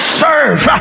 serve